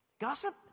Gossip